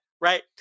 Right